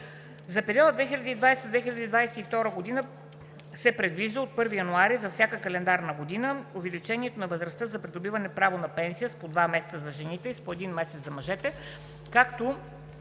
За периода 2020 – 2022 г. се предвижда от 1 януари за всяка календарна година да продължи увеличаването на възрастта за придобиване право на пенсия с по 2 месеца за жените и с по 1 месец за мъжете, както